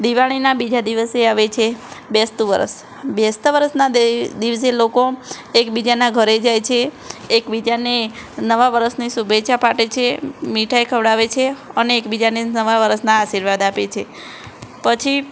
દિવાળીના બીજા દિવસે આવે છે બેસતું વરસ બેસતાં વરસના દિવસે લોકો એકબીજાનાં ઘરે જાય છે એકબીજાને નવા વરસની શુભેચ્છા પાઠવે છે મીઠાઇ ખવડાવે છે અને એકબીજાને નવાં વરસના આશીર્વાદ આપે છે પછી